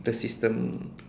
the system